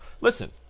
listen